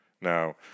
Now